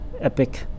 epic